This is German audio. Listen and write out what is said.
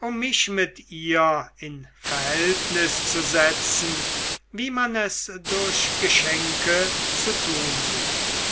um mich mit ihr in verhältnis zu setzen wie man es durch geschenke zu tun sucht